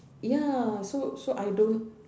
ya so so I don't